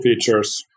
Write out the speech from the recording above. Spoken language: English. features